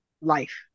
life